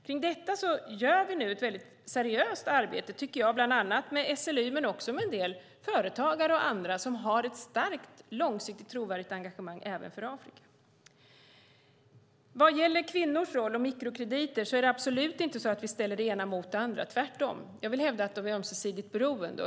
Kring detta tycker jag nu att vi gör ett väldigt seriöst arbete bland annat med SLU men också med en del företagare och andra som har ett starkt, långsiktigt och trovärdigt engagemang även för Afrika. Vad gäller kvinnors roll och mikrokrediter är det absolut inte så att vi ställer det ena mot det andra - tvärtom. Jag vill hävda att de är ömsesidigt beroende.